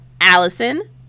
Allison